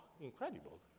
incredible